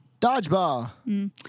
Dodgeball